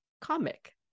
comic